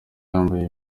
yambaye